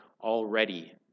already